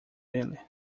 ele